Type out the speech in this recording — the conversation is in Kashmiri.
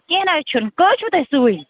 کیٚنٛہہ نہَ حظ چھُنہٕ کٔژ چھُو تۄہہِ سُوٕنۍ